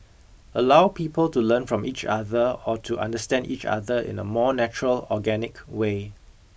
allow people to learn from each other or to understand each other in a more natural organic way